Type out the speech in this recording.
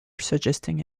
suggesting